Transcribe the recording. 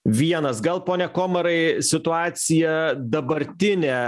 vienas gal pone komarai situacija dabartinė